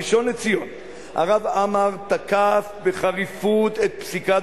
הראשון לציון הרב עמאר תקף בחריפות את פסיקת